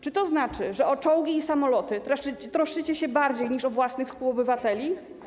Czy to znaczy, że o czołgi i samoloty troszczycie się bardziej niż o własnych współobywateli?